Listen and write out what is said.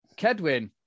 Kedwin